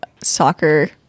soccer